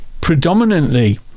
predominantly